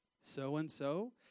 so-and-so